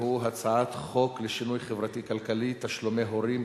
והוא הצעת חוק לשינוי חברתי-כלכלי (תשלומי הורים),